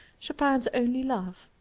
chopin's only love.